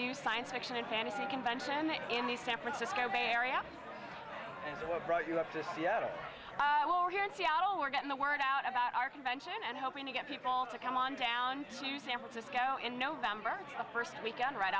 new science fiction and fantasy convention in the san francisco bay area and what brought you up to seattle or here in seattle we're getting the word out about our convention and hoping to get people to come on down to san francisco in november the first weekend right